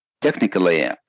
technically